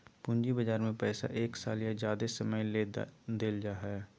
पूंजी बजार में पैसा एक साल या ज्यादे समय ले देल जाय हइ